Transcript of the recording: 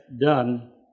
done